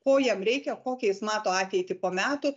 ko jam reikia kokią jis mato ateitį po metų